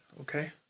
Okay